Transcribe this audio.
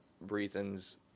reasons